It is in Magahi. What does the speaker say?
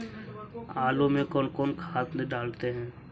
आलू में कौन कौन खाद डालते हैं?